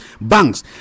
banks